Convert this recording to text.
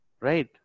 right